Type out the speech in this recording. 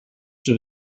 czy